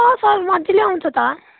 sir मज्जाले आउँछ त